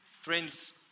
friends